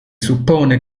suppone